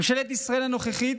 ממשלת ישראל הנוכחית,